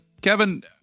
Kevin